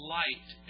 light